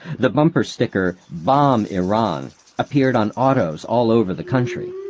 the bumper sticker bomb iran appeared on autos all over the country.